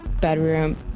bedroom